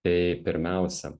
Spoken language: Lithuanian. tai pirmiausia